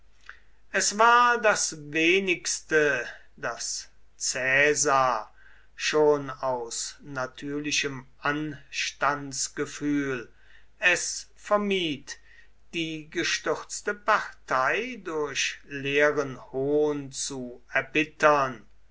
es war das wenigste daß caesar schon aus natürlichem anstandsgefühl es vermied die gestürzte partei durch leeren hohn zu erbittern